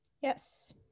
yes